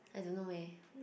I don't know eh